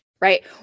right